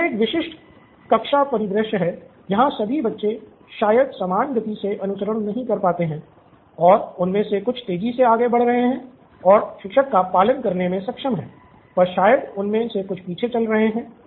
तो यह एक विशिष्ट कक्षा परिदृश्य है जहाँ सभी बच्चे शायद समान गति से अनुसरण नहीं कर पाते हैं और उनमें से कुछ तेजी से आगे बढ़ रहे हैं ओर शिक्षक का पालन करने में सक्षम हैं पर शायद उनमें से कुछ पीछे चल रहे हैं